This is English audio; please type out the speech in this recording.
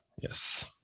Yes